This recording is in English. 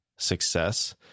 success